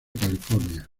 california